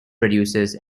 producers